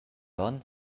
onn